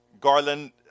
Garland